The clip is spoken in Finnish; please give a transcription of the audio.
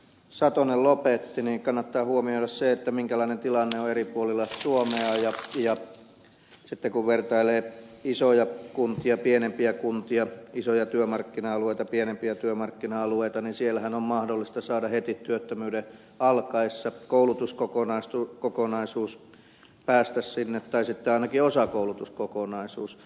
satonen lopetti kannattaa huomioida se minkälainen tilanne on eri puolilla suomea ja sitten kun vertailee isoja kuntia pienempiä kuntia isoja työmarkkina alueita pienempiä työmarkkina alueita niin siellähän on mahdollista saada heti työttömyyden alkaessa koulutuskokonaisuus päästä sinne tai sitten ainakin osakoulutuskokonaisuus